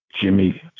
Jimmy